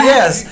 Yes